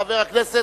אחריו, חבר הכנסת